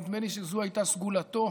נדמה לי שזו הייתה סגולתו,